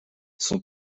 son